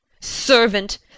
servant